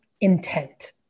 Intent